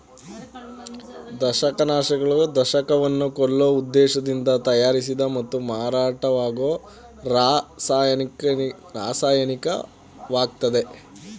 ದಂಶಕನಾಶಕಗಳು ದಂಶಕವನ್ನ ಕೊಲ್ಲೋ ಉದ್ದೇಶ್ದಿಂದ ತಯಾರಿಸಿದ ಮತ್ತು ಮಾರಾಟವಾಗೋ ರಾಸಾಯನಿಕವಾಗಯ್ತೆ